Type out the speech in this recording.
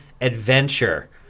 Adventure